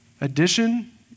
Addition